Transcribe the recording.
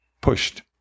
pushed